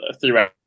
throughout